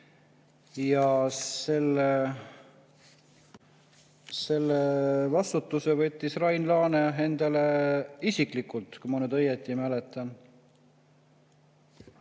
Selle vastutuse võttis Rain Laane isiklikult, kui ma nüüd õieti mäletan.